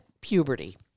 Puberty